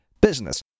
business